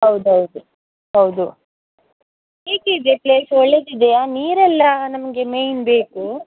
ಹೌದು ಹೌದು ಹೌದು ನೀಟಿದೆಯಾ ಪ್ಲೇಸ್ ಒಳ್ಳೆಯದಿದೆಯ ನೀರೆಲ್ಲ ನಮಗೆ ಮೇಯ್ನ್ ಬೇಕು